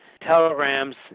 telegrams